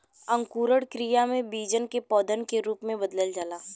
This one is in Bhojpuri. अंकुरण क्रिया में बीजन के पौधन के रूप में बदल जाला